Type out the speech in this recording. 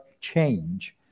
change